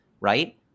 Right